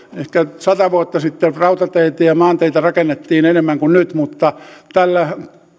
ehkä sata vuotta sitten rautateitä ja maanteitä rakennettiin enemmän kuin nyt mutta tällä